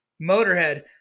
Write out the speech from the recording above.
Motorhead